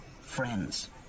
friends